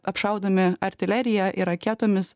apšaudomi artilerija ir raketomis